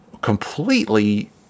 completely